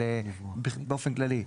באופן כללי,